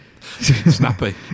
Snappy